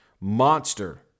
monster